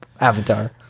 Avatar